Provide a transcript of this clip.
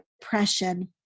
depression